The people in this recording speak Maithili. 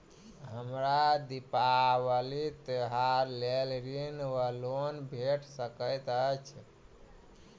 हमरा दिपावली त्योहारक लेल ऋण वा लोन भेट सकैत अछि?